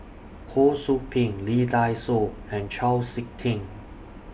Ho SOU Ping Lee Dai Soh and Chau Sik Ting